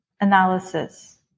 analysis